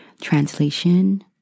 Translation